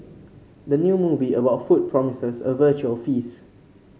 the new movie about food promises a visual feast